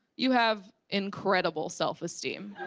you have incredible self-esteem.